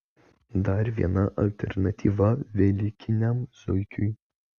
dar viena alternatyva velykiniam zuikiui